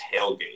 tailgate